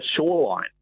shoreline